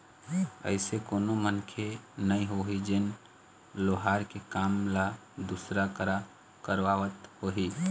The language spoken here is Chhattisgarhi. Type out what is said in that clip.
अइसे कोनो मनखे नइ होही जेन लोहार के काम ल दूसर करा करवात होही